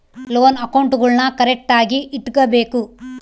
loan ಅಕೌಂಟ್ಗುಳ್ನೂ ಕರೆಕ್ಟ್ಆಗಿ ಇಟಗಬೇಕು